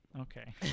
Okay